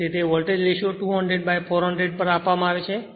તેથી તે volt ratio 200 by 400 પર આપવામાં આવે છે